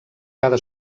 cada